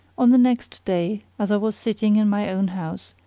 on the next day as i was sitting in my own house,